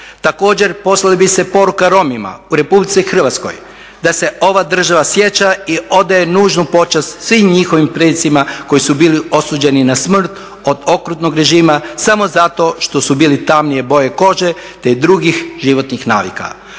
Također, poslala bi se poruka Romima u RH da se ova država sjeća i odaje nužnu počast svim njihovim precima koji su bili osuđeni na smrt od okrutnog režima samo zato što su bili tamnije boje kože te drugih životnih navika.